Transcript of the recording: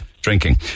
drinking